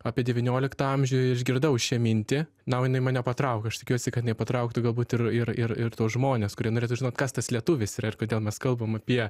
apie devynioliktą amžių ir išgirdau šią mintį na o jinai mane patraukė aš tikiuosi kad jinai partauktų galbūt ir ir ir ir tuos žmones kurie norėtų žinot kas tas lietuvis yra ir kodėl mes kalbam apie